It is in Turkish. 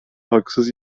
haksız